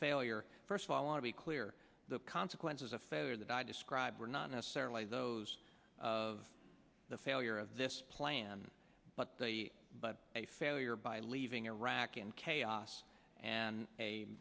failure first of all ought to be clear the consequences of failure that i described were not necessarily those of the failure of this plan but the but a failure by leaving iraq in chaos and a